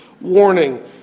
warning